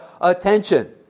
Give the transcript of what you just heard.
attention